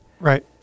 Right